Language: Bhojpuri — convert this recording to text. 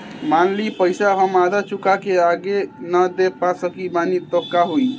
मान ली पईसा हम आधा चुका के आगे न दे पा सकत बानी त का होई?